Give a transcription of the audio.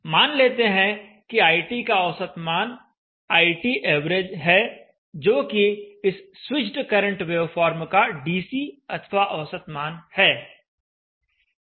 मान लेते हैं कि IT का औसत मान ITav है जो कि इस स्विच्ड करंट वेवफॉर्म का डीसी अथवा औसत मान है